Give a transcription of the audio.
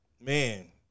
man